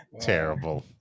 terrible